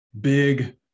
big